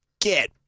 get